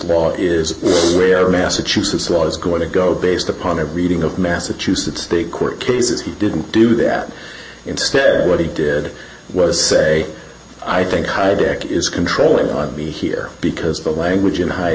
law is where massachusetts was going to go based upon a reading of massachusetts state court cases he didn't do that instead what he did was say i think hijack is controlling on me here because the language in hi